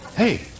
Hey